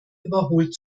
überholt